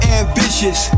ambitious